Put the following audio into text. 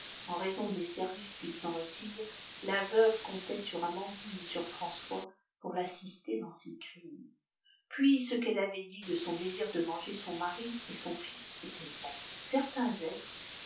en raison des services qu'ils en retirent la veuve comptait sur amandine et sur françois pour l'assister dans ses crimes puis ce qu'elle avait dit de son désir de venger son mari et son fils était vrai certains êtres